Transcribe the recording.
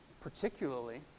Particularly